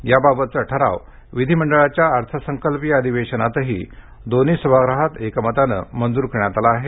याबाबतचा ठराव विधिमंडळाच्या अर्थसंकल्पीय अधिवेशनातही दोन्ही सभागृहात एकमताने मंजूर करण्यात आला आहे